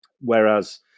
Whereas